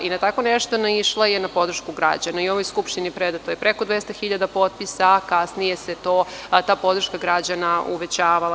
Na tako nešto naišla je na podršku građana i ovoj Skupštini je predato preko 200 hiljada potpisa, kasnije se ta podrška građana uvećava.